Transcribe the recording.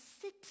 sit